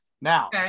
Now